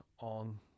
on